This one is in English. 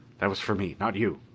that was for me, not you.